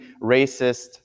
racist